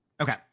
Okay